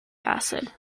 acid